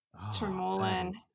Tremolin